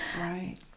right